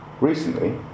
Recently